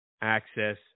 access